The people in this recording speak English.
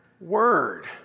word